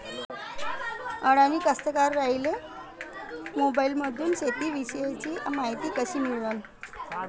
अडानी कास्तकाराइले मोबाईलमंदून शेती इषयीची मायती कशी मिळन?